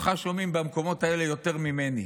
אותך שומעים במקומות האלה יותר ממני,